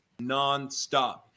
nonstop